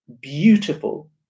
beautiful